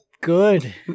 good